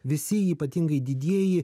visi ypatingai didieji